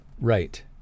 right